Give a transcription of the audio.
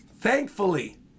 thankfully